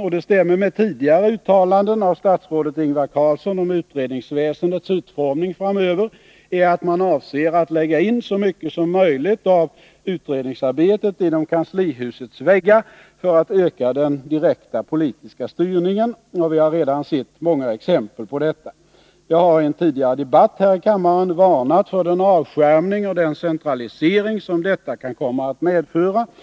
och den slutsatsen stämmer med tidigare uttalanden av statsrådet Ingvar Carlsson om utredningsväsendets utformning framöver — är att man avser att lägga in så mycket som möjligt av utredningsarbetet inom kanslihusets väggar för att öka den direkta politiska styrningen. Vi har redan sett många exempel på detta. Jag har i en tidigare debatt här i kammaren varnat för den avskärmning och den centralisering som detta kan komma att medföra.